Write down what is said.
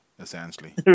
essentially